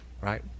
Right